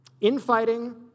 infighting